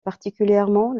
particulièrement